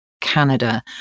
Canada